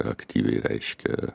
aktyviai reiškė